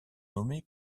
nommés